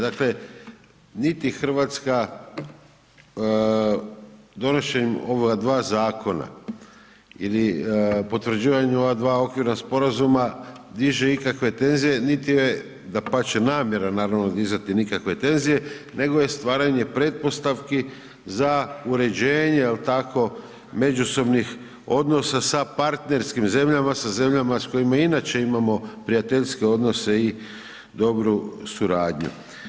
Dakle, niti RH donošenjem ova dva zakona ili potvrđivanjem ova dva okvirna sporazuma diže ikakve tenzije, niti je, dapače, namjera naravno dizati nikakve tenzije, nego je stvaranje pretpostavki za uređenje jel tako međusobnih odnosa sa partnerskim zemljama, sa zemljama s kojima inače imamo prijateljske odnose i dobru suradnju.